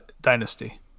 Dynasty